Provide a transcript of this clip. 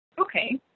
Okay